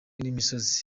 n’imisozi